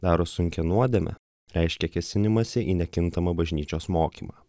daro sunkią nuodėmę reiškia kėsinimąsi į nekintamą bažnyčios mokymą